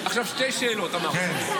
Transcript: שתי שאלות אמרתי.